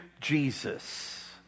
Jesus